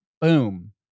boom